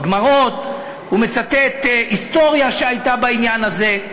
הוא מצטט היסטוריה שהייתה בעניין הזה,